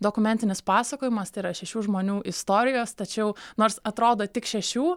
dokumentinis pasakojimas tai yra šešių žmonių istorijos tačiau nors atrodo tik šešių